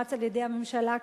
שאומץ על-ידי הממשלה,